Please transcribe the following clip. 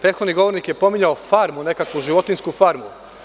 Prethodni govornik je pominjao farmu, nekakvu životinjsku farmu.